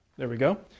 there we go.